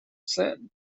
sin